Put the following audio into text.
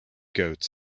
goats